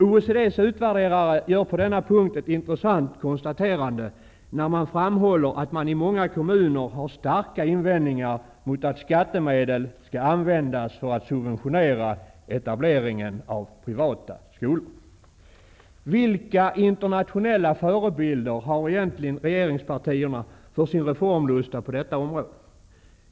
OECD:s utvärderare gör på denna punkt ett intressant konstaterande när de framhåller att man i många kommuner har starka invändningar mot att skattemedel skall användas för att subventionera etableringen av privata skolor. Vilka internationella förebilder har egentligen regeringspartierna för sin reformlusta på detta område?